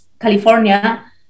california